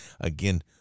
again